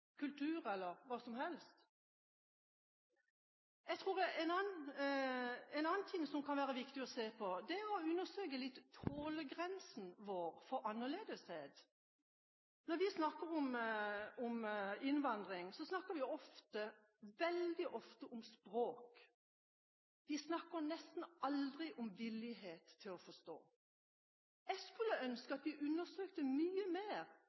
hva som helst? Jeg tror en annen ting som kan være viktig å se på, er å undersøke tålegrensen vår for annerledeshet. Når vi snakker om innvandring, snakker vi ofte, veldig ofte, om språk. Vi snakker nesten aldri om villighet til å forstå. Jeg skulle ønske at vi undersøkte mye mer